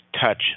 touch